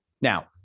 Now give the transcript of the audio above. now